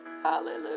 Hallelujah